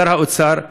שר האוצר,